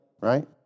right